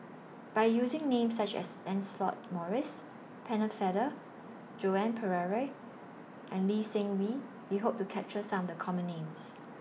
By using Names such as Lancelot Maurice Pennefather Joan Pereira and Lee Seng Wee We Hope to capture Some The Common Names